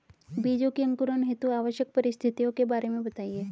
बीजों के अंकुरण हेतु आवश्यक परिस्थितियों के बारे में बताइए